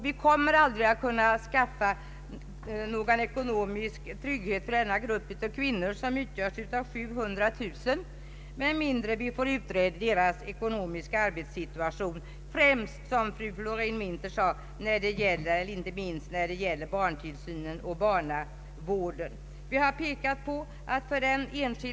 Vi kommer aldrig att kunna ge någon ekonomisk trygghet åt denna grupp av 700000 kvinnor, om vi inte får deras arbetssituation utredd i ekonomiskt avseende. Främst gäller detta, som fru Florén-Winther sade, barntillsynen och barnavården.